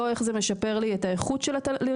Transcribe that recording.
לא איך זה משפר לי את האיכות של הלימודים,